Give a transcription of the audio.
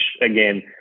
again